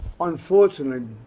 unfortunately